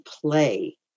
play